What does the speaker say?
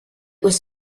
was